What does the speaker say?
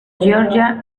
georgia